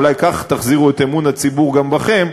אולי כך תחזירו את אמון הציבור גם בכם,